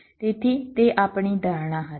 તેથી તે આપણી ધારણા હતી